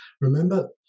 remember